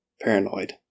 paranoid